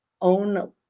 own